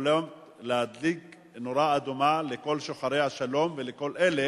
יכול להדליק נורה אדומה לכל שוחרי השלום ולכל אלה